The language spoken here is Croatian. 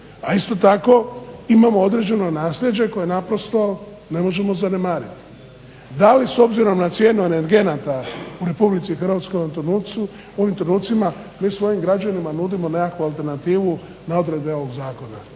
a isto tako imamo određeno nasljeđe koje naprosto ne možemo zanemariti. Da li s obzirom na cijenu energenata u RH u ovim trenucima mi svojim građanima nudimo nekakvu alternativu na odredbe ovog zakona.